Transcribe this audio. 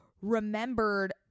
remembered